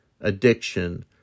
addiction